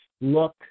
look